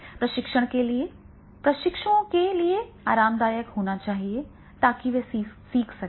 प्रशिक्षण के लिए प्रशिक्षुओं के लिए आरामदायक होना चाहिए ताकि वे सीख सकें